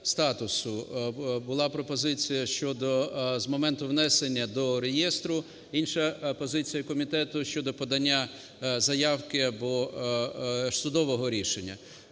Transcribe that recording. Була пропозиція щодо… з моменту внесення до реєстру, інша позиція комітету – щодо подання заявки або судового рішення.